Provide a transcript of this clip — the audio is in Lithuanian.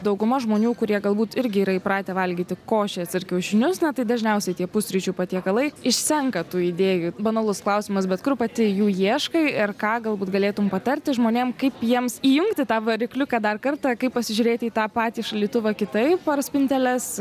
dauguma žmonių kurie galbūt irgi yra įpratę valgyti košes ir kiaušinius na tai dažniausiai tie pusryčių patiekalai išsenka tų idėjų banalus klausimas bet kur pati jų ieškai ir ką galbūt galėtum patarti žmonėm kaip jiems įjungti tą varikliuką dar kartą kaip pasižiūrėti į tą patį šaldytuvą kitaip ar spinteles